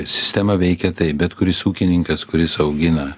sistema veikė taip bet kuris ūkininkas kuris augina